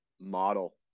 model